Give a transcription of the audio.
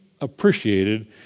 appreciated